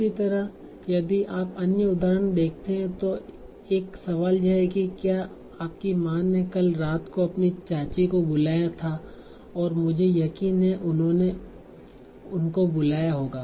इसी तरह यदि आप अन्य उदाहरण देखते हैं तो एक सवाल यह है क्या आपकी माँ ने कल रात को अपनी चाची को बुलाया था और मुझे यकीन है उन्होंने उनको बुलाया होगा